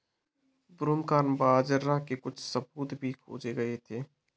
broomcorn बाजरा के कुछ सबूत भी खोजे गए थे